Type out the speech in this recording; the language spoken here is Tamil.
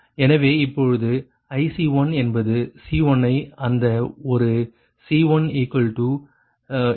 எனவே இப்பொழுது IC1 என்பது C1 ஐ அந்த ஒரு C1dC1dPg1 dPg10